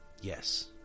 yes